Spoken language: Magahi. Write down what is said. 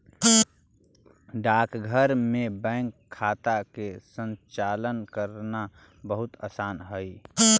डाकघर में बैंक खाता के संचालन करना बहुत आसान हइ